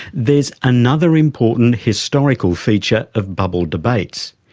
there's another important historical feature of bubble debates.